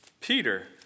Peter